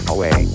Away